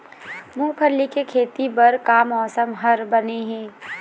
मूंगफली के खेती बर का मौसम हर बने ये?